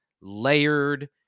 layered